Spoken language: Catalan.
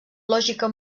lògica